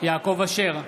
יעקב אשר,